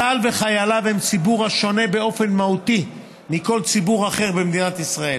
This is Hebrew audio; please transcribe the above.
צה"ל וחייליו הם ציבור השונה באופן מהותי מכל ציבור אחר במדינת ישראל.